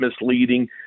misleading